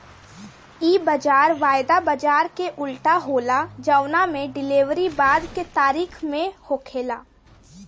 इ बाजार वायदा बाजार के उल्टा होला जवना में डिलेवरी बाद के तारीख में होखेला